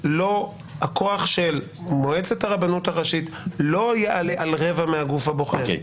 הכוח של מועצת הרבנות הראשית לא יעלה על רבע מהגוף הבוחר,